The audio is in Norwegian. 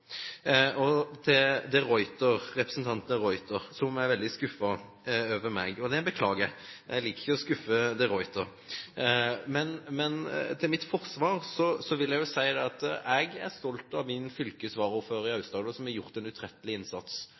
Til representanten de Ruiter, som er veldig skuffet over meg: Det beklager jeg. Jeg liker ikke å skuffe de Ruiter, men til mitt forsvar vil jeg si at jeg er stolt av min fylkesvaraordfører i Aust-Agder, som har gjort en utrettelig innsats.